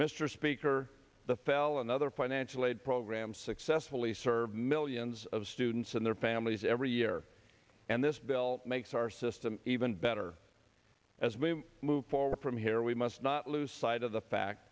mr speaker the fell another financial aid program successfully serve millions of students and their families every year and this bill makes our system even better as we move forward from here we must not lose sight of the fact